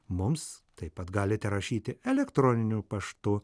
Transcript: mums taip pat galite rašyti elektroniniu paštu